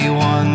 one